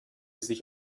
sich